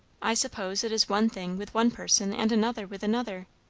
i suppose it is one thing with one person, and another with another.